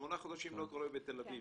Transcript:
שמונה חודשים לא קורה בתל אביב,